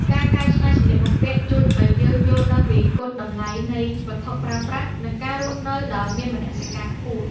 ការកែច្នៃសម្លៀកបំពាក់ជួយឱ្យយើងយល់ដឹងពីគុណតម្លៃនៃវត្ថុប្រើប្រាស់ និងការរស់នៅដោយមានមនសិការខ្ពស់។